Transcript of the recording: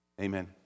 Amen